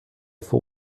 vor